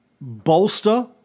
bolster